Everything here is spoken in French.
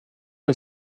est